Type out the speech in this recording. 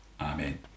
Amen